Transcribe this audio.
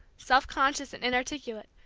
self-conscious and inarticulate,